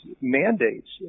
mandates